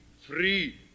free